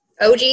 OG